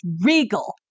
regal